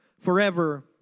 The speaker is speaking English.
forever